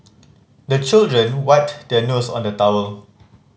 the children wipe their nose on the towel